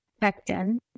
pectin